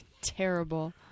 Terrible